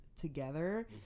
together